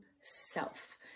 self